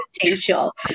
potential